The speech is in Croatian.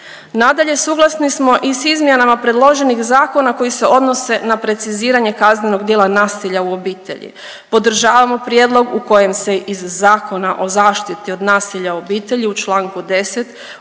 Nadalje, suglasni smo i s izmjenama predloženih zakona koji se odnose na preciziranje kaznenog djela nasilja u obitelji, podržavamo prijedlog u kojem se iz Zakona o zaštiti od nasilja u obitelji u čl. 10 uklanja